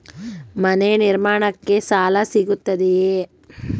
ಮನೆ ನಿರ್ಮಾಣಕ್ಕೆ ಸಾಲ ಸಿಗುತ್ತದೆಯೇ?